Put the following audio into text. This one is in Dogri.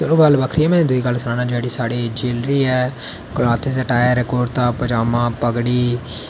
ते ओह् गल्ल बक्खरी ऐ ते में दूई गल्ल सनाना जेह्ड़ी साढ़ी ज्यूलरी ऐ कि अटॉयर कुर्ता पाजामा पगड़ी